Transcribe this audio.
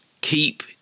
keep